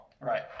Right